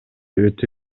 өтө